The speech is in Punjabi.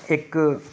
ਇੱਕ